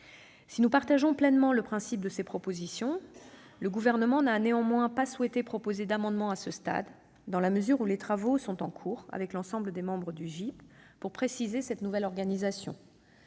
Si nous partageons pleinement le principe de ces propositions, le Gouvernement n'a néanmoins pas souhaité proposer d'amendements à ce stade, dans la mesure où des travaux sont en cours avec l'ensemble des membres du GIP pour préciser cette nouvelle organisation.